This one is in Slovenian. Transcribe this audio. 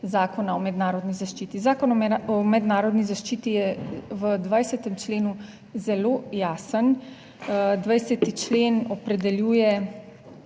Zakona o mednarodni zaščiti. Zakon o mednarodni zaščiti je v 20. členu zelo jasen. 20. člen opredeljuje